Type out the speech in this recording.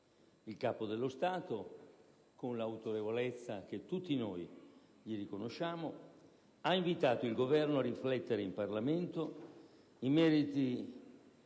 Il Capo dello Stato, con l'autorevolezza che tutti noi gli riconosciamo, ha invitato il Governo a riflettere in Parlamento in merito